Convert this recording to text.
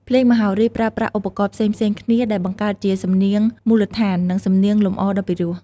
ភ្លេងមហោរីប្រើប្រាស់ឧបករណ៍ផ្សេងៗគ្នាដែលបង្កើតជាសំនៀងមូលដ្ឋាន និងសំនៀងលម្អដ៏ពិរោះ។